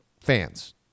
fans